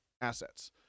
assets